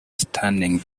stunning